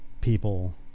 people